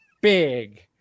big